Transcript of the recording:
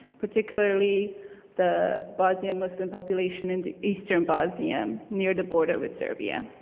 particularly the bosnian-muslim population in the eastern bosnia, near the border with serbia.